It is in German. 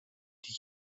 die